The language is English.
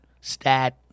Stat